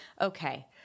Okay